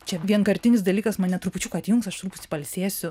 čia vienkartinis dalykas mane trupučiuką atjungs aš truputį pailsėsiu